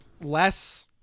less